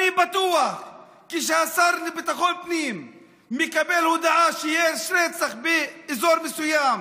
אני בטוח שכשהשר לביטחון פנים מקבל הודעה שיש רצח באזור מסוים,